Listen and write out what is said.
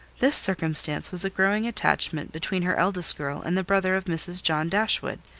this circumstance was a growing attachment between her eldest girl and the brother of mrs. john dashwood,